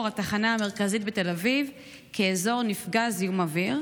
התחנה המרכזית בתל אביב כאזור נפגע זיהום אוויר.